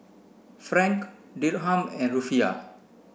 Franc Dirham and Rufiyaa